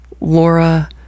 Laura